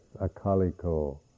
akaliko